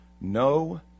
No